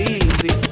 easy